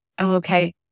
Okay